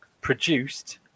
produced